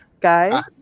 guys